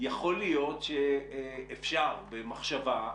יכול להיות שאפשר, במחשבה,